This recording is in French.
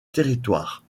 territoire